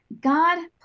God